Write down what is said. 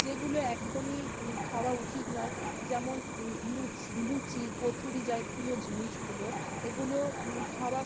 যেগুলো একদমই খাওয়া উচিত নয় যেমন লুচি লুচি কচুরি জাতীয় জিনিসগুলো এগুলো খাওয়া